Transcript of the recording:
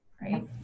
right